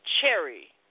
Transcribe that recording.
cherry